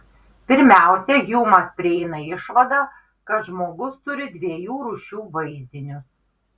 pirmiausia hjumas prieina išvadą kad žmogus turi dviejų rūšių vaizdinius